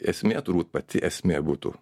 esmė turbūt pati esmė būtų